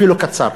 אפילו קצר,